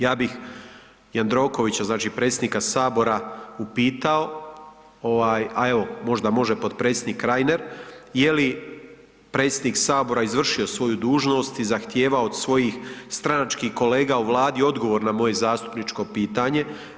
Ja bih Jandrokovića, znači predsjednika Sabora upitao, a evo, možda može potpredsjednik Reiner, je li predsjednik Sabora izvršio svoju dužnost i zahtijevao od svojih stranačkih kolega u Vladi odgovor na moje zastupničko pitanje.